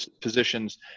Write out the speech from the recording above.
positions